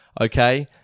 Okay